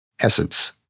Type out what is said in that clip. Essence